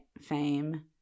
fame